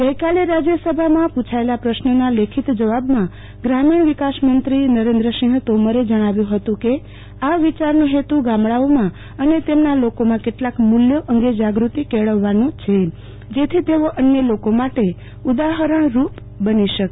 ગઈકાલે રાજયસભામાં પુ છાયેલા પશ્નીના લેખિત જવાબમાં ગ્રામીણ વિકાસમંત્રી નરેન્દ્રસિંહ તોમરે જણાવ્યુ હતુ કે આ વિચારનો હેતુ ગામડાઓમાં અને તેમના લોકોમાં કેટલાક મુલ્યો અંગે જાગૃતિ કેળવવાનો છે જેથી તેઓ અન્ય લોકો માટે ઉદાહરણરૂપ બની શકે